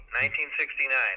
1969